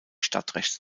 stadtrechte